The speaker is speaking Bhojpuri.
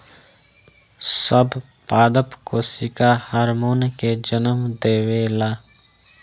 सब पादप कोशिका हार्मोन के जन्म देवेला